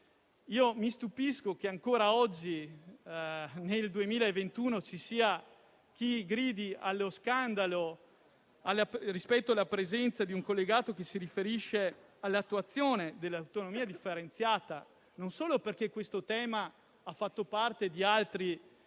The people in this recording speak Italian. Mi stupisco che ancora oggi, nel 2021, ci sia chi gridi allo scandalo rispetto alla presenza di un collegato che si riferisce all'attuazione dell'autonomia differenziata, e non solo perché questo tema ha fatto parte di altri